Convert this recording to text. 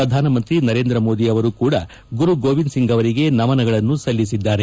ಪ್ರಧಾನ ಮಂತ್ರಿ ನರೇಂದ್ರ ಮೋದಿ ಅವರು ಕೂಡಾ ಗುರು ಗೋವಿಂದ್ ಸಿಂಗ್ ಅವರಿಗೆ ನಮನಗಳನ್ನು ಸಲ್ಲಿಸಿದ್ದಾರೆ